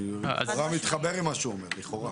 לכאורה אני מתחבר למה שהוא אומר.